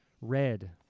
Red